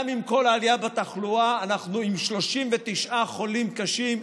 גם עם כל העלייה בתחלואה אנחנו עם 39 חולים קשה,